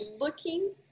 looking